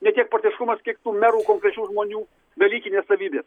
ne tiek partiškumas kiek merų konkrečių žmonių dalykinės savybės